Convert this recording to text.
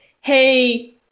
hey